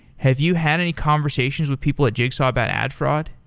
have you had any conversations with people at jigsaw about ad fraud?